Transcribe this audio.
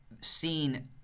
seen